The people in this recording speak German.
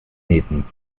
nähten